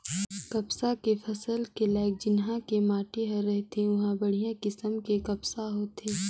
कपसा के फसल के लाइक जिन्हा के माटी हर रथे उंहा बड़िहा किसम के कपसा होथे